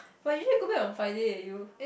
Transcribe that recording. but you sure go back on Friday leh you